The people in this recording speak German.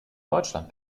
deutschland